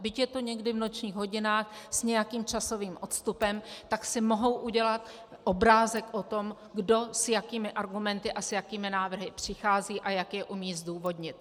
Byť je to někdy v nočních hodinách s nějakým časovým odstupem, mohou si udělat obrázek o tom, kdo s jakými argumenty a s jakými návrhy přichází a jak je umí zdůvodnit.